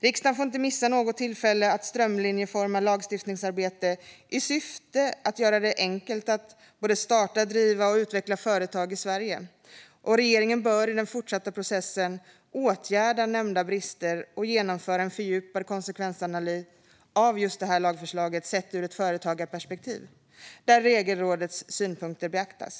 Riksdagen får inte missa något tillfälle att strömlinjeforma lagstiftningsarbetet i syfte att göra det enkelt att starta, driva och utveckla företag i Sverige. Regeringen bör i den fortsatta processen åtgärda nämnda brister och genomföra en fördjupad konsekvensanalys av det här lagförslaget sett ur ett företagarperspektiv där Regelrådets synpunkter beaktas.